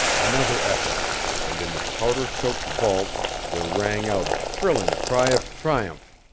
another effort and in the powder-choked vault there rang out a thrilling cry of triumph.